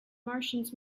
martians